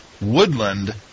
Woodland